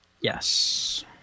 Yes